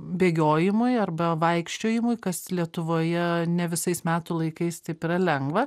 bėgiojimui arba vaikščiojimui kas lietuvoje ne visais metų laikais taip yra lengva